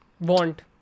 Want